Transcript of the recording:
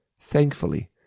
thankfully